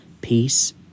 peace